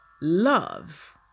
Love